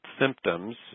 symptoms